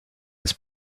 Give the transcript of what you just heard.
his